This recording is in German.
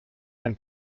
ein